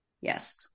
Yes